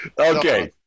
Okay